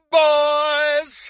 boys